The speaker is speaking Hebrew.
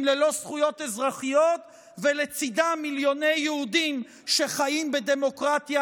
ללא זכויות אזרחיות ולצידם מיליוני יהודים שחיים בדמוקרטיה.